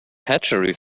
hatchery